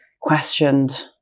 questioned